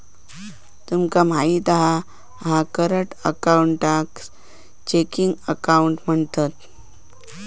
तुमका माहित हा करंट अकाऊंटकाच चेकिंग अकाउंट म्हणतत